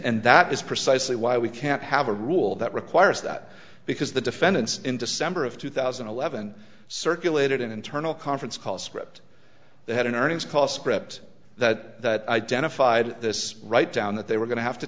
and that is precisely why we can't have a rule that requires that because the defendants in december of two thousand and eleven circulated an internal conference call script they had an earnings call spreads that identified this write down that they were going to have to